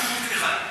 אפילו מטר אחד.